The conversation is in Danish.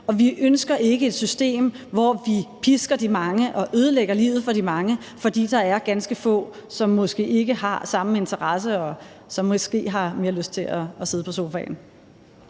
og vi ønsker ikke et system, hvor vi pisker de mange og ødelægger livet for de mange, fordi der er ganske få, som måske ikke har samme interesse, og som måske har mere lyst til at sidde på sofaen.